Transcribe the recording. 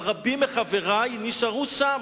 אבל רבים מחברי נשארו שם,